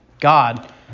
God